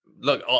look